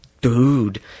dude